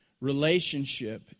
relationship